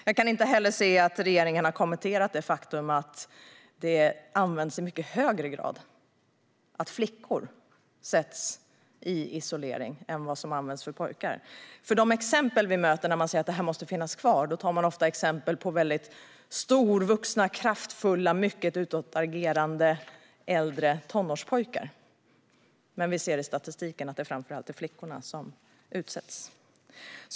Jag kan inte heller se att regeringen har kommenterat det faktum att det är vanligare att flickor sätts i isolering än pojkar. När man argumenterar för att möjligheten till isolering ska finnas kvar tar man ofta exempel med storvuxna, kraftfulla och mycket utagerande äldre tonårspojkar, men vi ser i statistiken att det framför allt är flickor som utsätts.